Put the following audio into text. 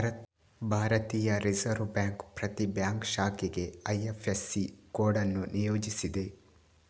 ಭಾರತೀಯ reserve bank ಪ್ರತಿ bank ಶಾಖೆಗೆ ಐ.ಎಫ್.ಎಸ್.ಸಿ ಕೋಡ್ ಅನ್ನು ನಿಯೋಜಿಸಿದೆ